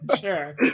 Sure